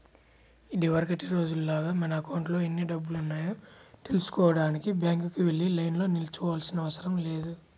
ఇదివరకటి రోజుల్లాగా మన అకౌంట్లో ఎన్ని డబ్బులున్నాయో తెల్సుకోడానికి బ్యాంకుకి వెళ్లి లైన్లో నిల్చోనవసరం లేదు